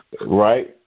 Right